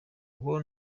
ngo